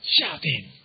shouting